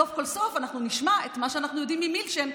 סוף כל סוף אנחנו נשמע את מה שאנחנו יודעים ממילצ'ן,